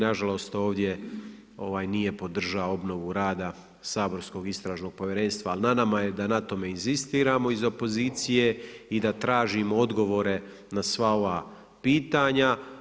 Nažalost, ovdje nije podržao obnovu rada saborskog istražnog povjerenstva, ali na nama je da na tome inzistiramo iz opozicije i da tražimo odgovore na sva ova pitanja.